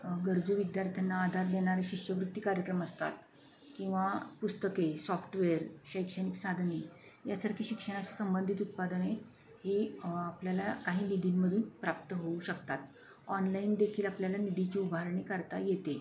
गरजू विद्यार्थ्यांना आधार देणारे शिष्यवृत्ती कार्यक्रम असतात किंवा पुस्तके सॉफ्टवेअर शैक्षणिक साधने यासारखी शिक्षणाशी संबंधित उत्पादने ही आपल्याला काही निधींमधून प्राप्त होऊ शकतात ऑनलाईन देखील आपल्याला निधीची उभारणी करता येते